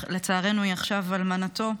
שלצערנו היא עכשיו אלמנתו,